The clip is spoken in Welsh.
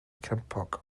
crempog